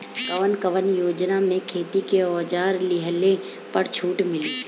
कवन कवन योजना मै खेती के औजार लिहले पर छुट मिली?